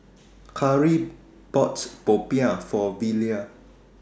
Kari bought Popiah For Velia